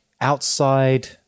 outside